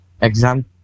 exam